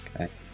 Okay